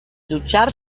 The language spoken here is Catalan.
dutxar